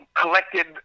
collected